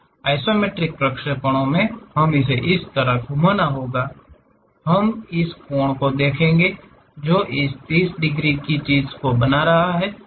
isometric प्रक्षेपणों में हमें इस तरह से घूमना होगा हम इस कोण को देखेंगे जो इसे 30 डिग्री की चीज बना रहा है